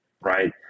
right